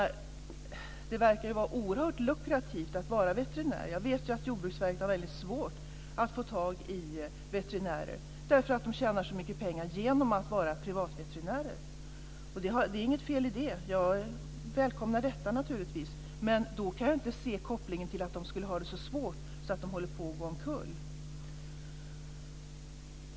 Det verkar vara oerhört lukrativt att vara veterinär. Jag vet att Jordbruksverket har väldigt svårt att få tag i veterinärer, eftersom de tjänar så mycket pengar genom att vara privatveterinärer. Det är inget fel i det. Jag välkomnar naturligtvis detta. Men då kan jag inte se kopplingen till att de skulle ha det så svårt att de håller på att gå omkull.